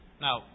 Now